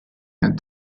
had